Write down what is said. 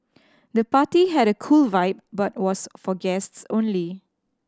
the party had a cool vibe but was for guests only